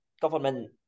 government